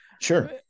Sure